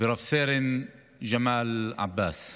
ורב-סרן ג'מאל עבאס.